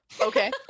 okay